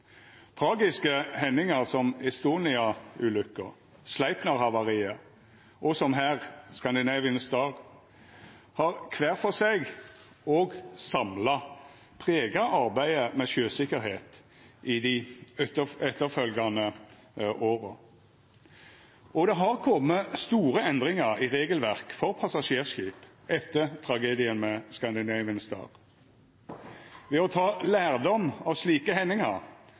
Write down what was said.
Tragiske hendingar som «Estonia»-ulukka, «Sleipner»-havariet og som her, «Scandinavian Star», har kvar for seg – og samla – prega arbeidet med sjøsikkerheit i dei etterfølgjande åra. Og det har kome store endringar i regelverk for passasjerskip etter tragedien med «Scandinavian Star». Ved å ta lærdom av slike hendingar